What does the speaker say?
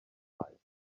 heights